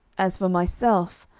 as for myself,